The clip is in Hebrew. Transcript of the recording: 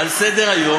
על סדר-היום,